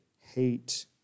hate